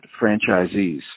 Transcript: franchisees